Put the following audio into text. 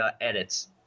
edits